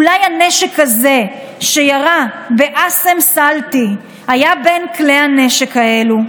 אולי הנשק הזה שירה בעאסם סלטי היה בין כלי הנשק האלה,